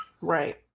Right